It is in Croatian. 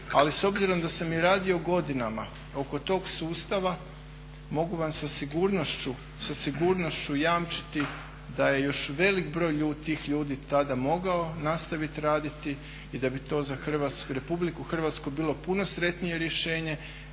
ali s obzirom da sam i radio godinama oko tog sustava mogu vam sa sigurnošću jamčiti da je još velik broj tih ljudi tada mogao nastaviti raditi i da bi to za RH bilo puno sretnije rješenje